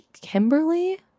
Kimberly